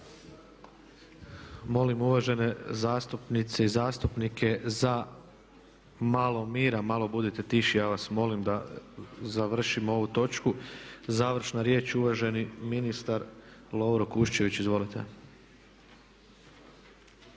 Molim uvažene zastupnice i zastupnike za malo mira, malo budite tiši, ja vas molim da završimo ovu točku. Završna riječ, uvaženi ministar Lovro Kuščević, izvolite.